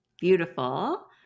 beautiful